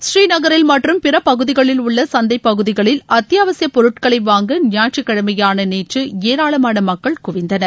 ஸ்ரீநகரில் மற்றும் பிற பகுதிகளில் உள்ள சந்தை பகுதிகளில் அத்தியாவசிய பொருட்களை வாங்க ஞாயிற்றுக்கிழமையான நேற்று ஏராளமான மக்கள் குவிந்தனர்